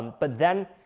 but then,